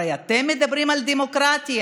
הרי אתם מדברים על דמוקרטיה,